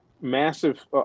massive